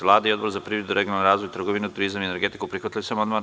Vlada i Odbor za privredu, regionalni razvoj, trgovinu, turizam i energetiku prihvatili su amandman.